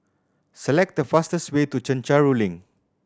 select the fastest way to Chencharu Link